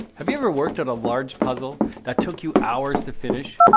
have you ever worked on a large puzzle that took you hours to finish?